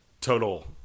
total